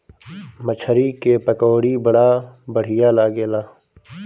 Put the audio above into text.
मछरी के पकौड़ी बड़ा बढ़िया लागेला